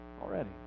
Already